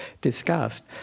discussed